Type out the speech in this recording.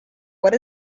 what